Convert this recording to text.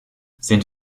sind